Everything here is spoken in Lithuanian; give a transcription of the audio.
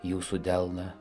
jūsų delną